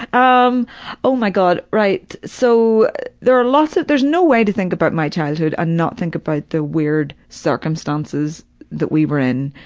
um oh my god, right, so there are lots of there is no way to talk about my childhood and not think about the weird circumstances that we were in.